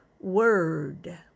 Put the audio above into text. Word